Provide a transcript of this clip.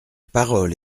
parole